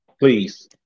Please